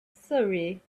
surrey